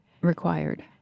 required